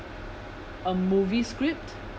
a movie script